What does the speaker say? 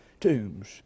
tombs